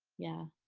yeah,